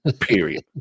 Period